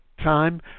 Time